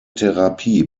therapie